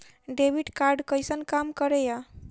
Debit card कैसन काम करेया?